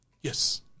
Yes